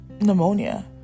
pneumonia